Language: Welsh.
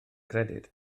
credyd